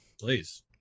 Please